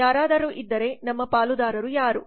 ಯಾರಾದರೂ ಇದ್ದರೆ ನಮ್ಮ ಪಾಲುದಾರರು ಯಾರು